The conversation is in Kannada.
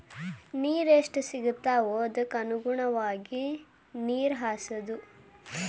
ನೇರ ಎಷ್ಟ ಸಿಗತಾವ ಅದಕ್ಕ ಅನುಗುಣವಾಗಿ ನೇರ ಹಾಸುದು